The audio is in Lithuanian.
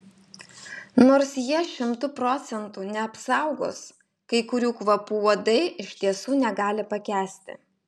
nors jie šimtu procentų neapsaugos kai kurių kvapų uodai iš tiesų negali pakęsti